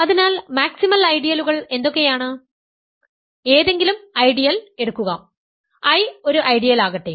അതിനാൽ മാക്സിമൽ ഐഡിയലുകൾ എന്തൊക്കെയാണ് ഏതെങ്കിലും ഐഡിയൽ എടുക്കുക I ഒരു ഐഡിയലാകട്ടെ